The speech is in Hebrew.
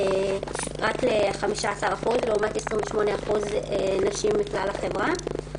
רק ל-15% לעומת 28% בקרב נשים מכלל החברה.